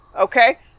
Okay